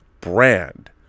brand